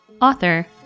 author